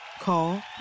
Call